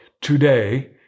today